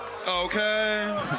Okay